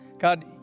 God